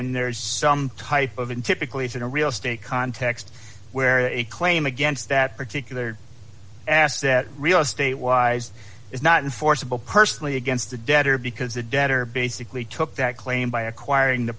and there is some type of untypically in a real estate context where a claim against that particular asset real estate wise is not enforceable personally against the debtor because the debtor basically took that claim by acquiring the